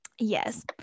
yes